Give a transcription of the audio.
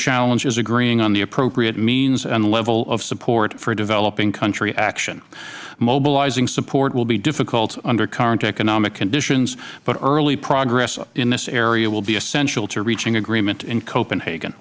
challenge is agreeing on the appropriate means and level of support for developing country action mobilizing support will be difficult under current economic conditions but early progress in this area will be essential to reaching agreement in copenhagen